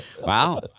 Wow